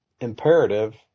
imperative